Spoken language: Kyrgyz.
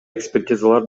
экспертизалар